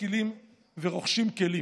משכילים ורוכשים כלים.